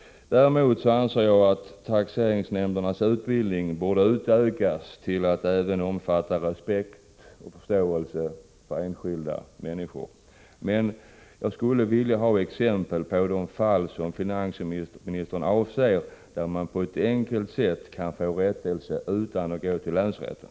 Däremot anser jag att utbildningen av taxeringsnämnderna borde utökas till att även omfatta respekt och förståelse för enskilda människor. Jag skulle genom exempel vilja få veta vilka fall finansministern avser, när han säger att man på ett enkelt sätt kan få rättelse utan att gå till länsrätten.